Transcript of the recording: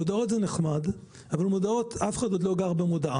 מודעות זה נחמד, אבל אף אחד עוד לא גר במודעה.